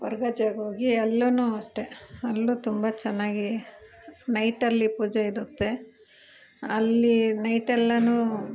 ಕೊರ್ಗಜ್ಜಗೆ ಹೋಗಿ ಅಲ್ಲು ಅಷ್ಟೆ ಅಲ್ಲು ತುಂಬ ಚೆನ್ನಾಗಿ ನೈಟಲ್ಲಿ ಪೂಜೆ ಇರುತ್ತೆ ಅಲ್ಲಿ ನೈಟ್ ಎಲ್ಲ